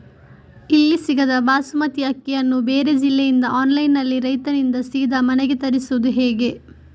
ಇಲ್ಲಿ ಸಿಗದ ಬಾಸುಮತಿ ಅಕ್ಕಿಯನ್ನು ಬೇರೆ ಜಿಲ್ಲೆ ಇಂದ ಆನ್ಲೈನ್ನಲ್ಲಿ ರೈತರಿಂದ ಸೀದಾ ಮನೆಗೆ ತರಿಸುವುದು ಹೇಗೆ?